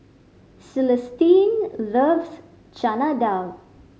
Celestine loves Chana Dal